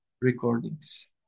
recordings